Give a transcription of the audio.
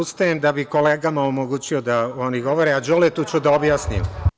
Ja odustajem da bi kolegama omogućio da oni govore, a Đoletu ću da objasnim.